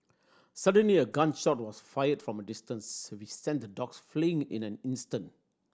suddenly a gun shot was fired from a distance which sent the dogs fleeing in an instant